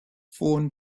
phone